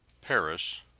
Paris